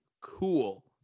cool